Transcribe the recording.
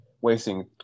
wasting